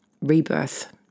rebirth